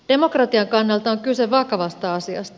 demokratian kannalta on kyse vakavasta asiasta